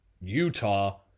Utah